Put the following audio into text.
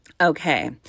Okay